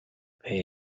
pay